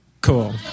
Cool